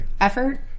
effort